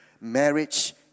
Marriage